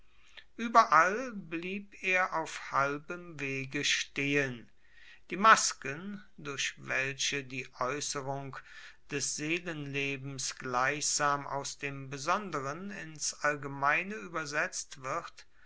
ueberall blieb er auf halbem wege stehen die masken durch welche die aeusserung des seelenlebens gleichsam aus dem besonderen ins allgemeine uebersetzt wird